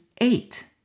eight